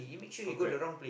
for Grab